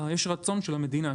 יש רצון של המדינה,